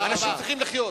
ואנשים צריכים לחיות.